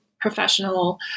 professional